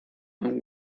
and